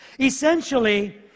Essentially